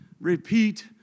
repeat